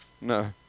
No